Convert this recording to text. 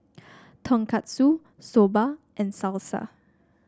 Tonkatsu Soba and Salsa